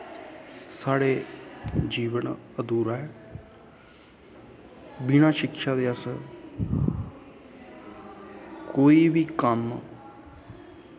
साढ़ा जीवन आधूर ऐ बिना शिक्षा दे अस कोई बी कम्म